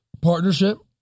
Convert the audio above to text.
Partnership